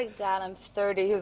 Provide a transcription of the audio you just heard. like, dad, i'm thirty.